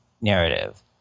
narrative